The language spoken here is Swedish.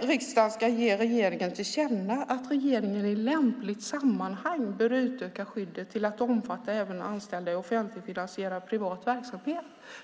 riksdagen ska ge regeringen till känna att regeringen i lämpligt sammanhang bör utöka skyddet till att omfatta även anställda i offentligt finansierad privat verksamhet.